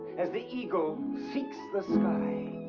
as the eagle seeks the sky,